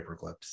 paperclips